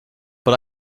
but